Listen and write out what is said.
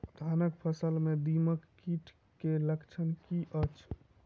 धानक फसल मे दीमक कीट केँ लक्षण की अछि?